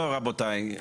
לא, רבותיי.